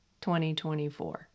2024